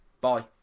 Bye